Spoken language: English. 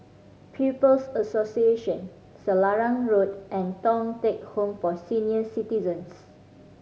People's Association Selarang Road and Thong Teck Home for Senior Citizens